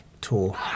tour